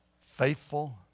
Faithful